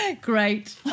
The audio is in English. Great